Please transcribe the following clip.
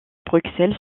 bruxelles